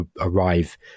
arrive